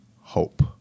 hope